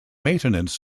maintenance